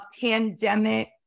pandemic